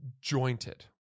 jointed